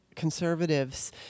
conservatives